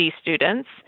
students